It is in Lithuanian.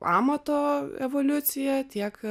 amato evoliucija tiek